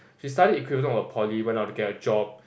she studied equivalent of a Poly went out to get a job